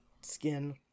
skin